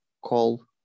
call